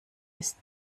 ist